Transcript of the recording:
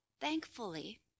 thankfully